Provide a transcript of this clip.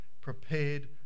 prepared